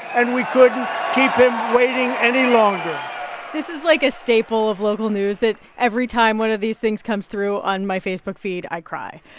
and we couldn't keep him waiting any longer this is like a staple of local news, that every time one of these things comes through on my facebook feed, i cry.